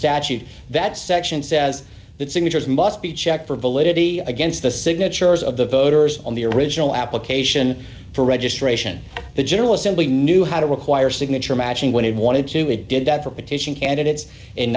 statute that section says that signatures must be checked for validity against the signatures of the voters on the original application for registration the general assembly knew how to require signature matching when he wanted to we did that for petition candidates in